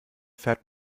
fährt